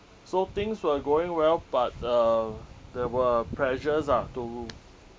so things were going well but uh there were pressures ah to